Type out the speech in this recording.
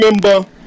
remember